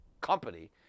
company